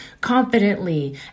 confidently